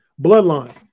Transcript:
bloodline